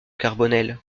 carbonel